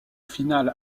finale